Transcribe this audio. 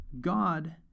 God